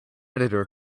editor